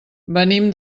venim